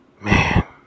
Man